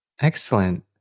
Excellent